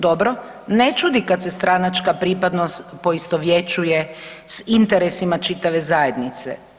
Dobro, ne čudi kad se stranačka pripadnost poistovjećuje s interesima čitave zajednice.